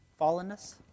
Fallenness